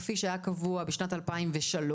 כפי שהיה קבוע בשנת 2003,